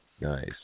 Nice